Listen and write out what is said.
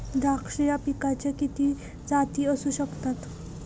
द्राक्ष या पिकाच्या किती जाती असू शकतात?